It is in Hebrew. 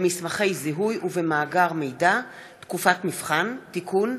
במסמכי זיהוי ובמאגר מידע (תקופת מבחן) (תיקון),